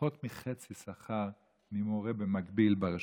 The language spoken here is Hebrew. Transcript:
פחות מחצי שכר ממורה מקביל ברשתות,